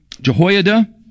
Jehoiada